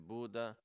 Buddha